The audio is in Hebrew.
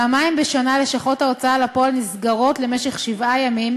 פעמיים בשנה לשכות ההוצאה לפועל נסגרות למשך שבעה ימים,